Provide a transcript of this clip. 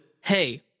hey